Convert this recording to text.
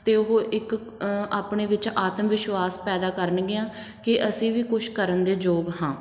ਅਤੇ ਉਹ ਇੱਕ ਆਪਣੇ ਵਿੱਚ ਆਤਮ ਵਿਸ਼ਵਾਸ ਪੈਦਾ ਕਰਨਗੀਆਂ ਕਿ ਅਸੀਂ ਵੀ ਕੁਛ ਕਰਨ ਦੇ ਯੋਗ ਹਾਂ